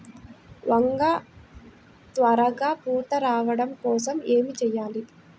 వంగ త్వరగా పూత రావడం కోసం ఏమి చెయ్యాలి?